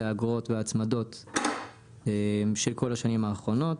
האגרות וההצמדות של כל השנים האחרונות,